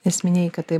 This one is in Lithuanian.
nes minėjai kad tai